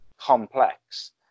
complex